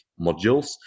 modules